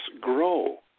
grow